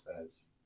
says